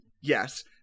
Yes